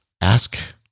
Ask